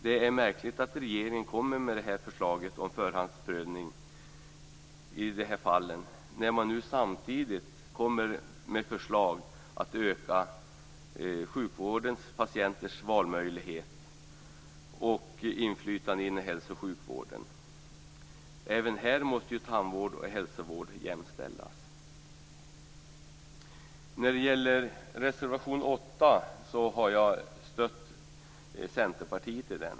Det är märkligt att regeringen kommer med förslaget om förhandsprövning när man nu samtidigt kommer med förslag om att öka sjukvårdens patienters valfrihet och inflytande inom hälso och sjukvården. Även här måste ju tandvård och hälsovård jämställas. När det gäller reservation 8 har jag stött Centerpartiet.